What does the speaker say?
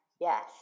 Yes